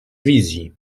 wizji